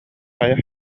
хайа